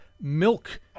milk